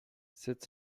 sept